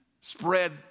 spread